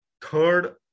third